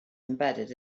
embedded